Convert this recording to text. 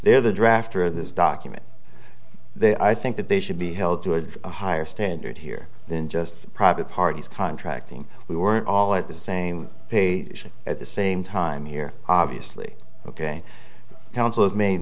they're the drafter this document they i think that they should be held to a higher standard here than just private parties contracting we were all at the same pay at the same time here obviously ok councils made